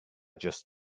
just